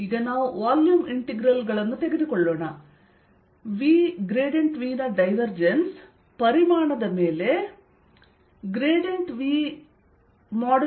ಈಗ ನಾವು volume integral ಗಳನ್ನು ತೆಗೆದುಕೊಳ್ಳೋಣ VV ನ ಡೈವರ್ಜೆನ್ಸ್ ಪರಿಮಾಣದ ಮೇಲೆ V2 ಗೆ ಸಮಾನವಾಗಿರುತ್ತದೆ